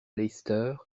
leicester